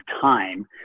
time